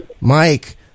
mike